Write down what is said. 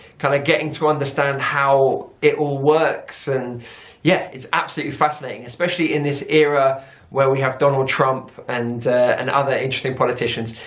kind of getting to understand how it all works and yeah it's absolutely fascinating especially in this era where we have donald trump and and other interesting politicians.